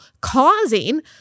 causing